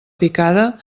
picada